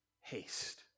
haste